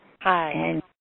Hi